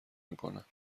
میکنند